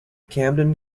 camden